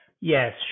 Yes